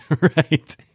right